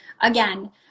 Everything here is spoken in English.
again